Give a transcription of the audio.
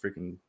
freaking